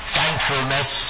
thankfulness